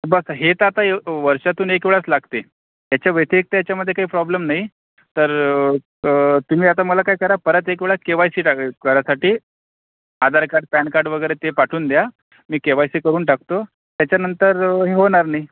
बघा हे तर आता ए वर्षातून एक वेळाच लागते याच्या व्यतिरिक्त ह्याच्यामधे काही प्रॉब्लेम नाही तर तुम्ही आता मला काय करा परत एक वेळा के वाय सी लागेल करायसाठी आधार कार्ड पॅन कार्ड वगैरे ते पाठवून द्या मी के वाय सी करून टाकतो त्याच्यानंतर हे होणार नाही